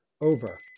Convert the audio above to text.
over